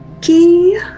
key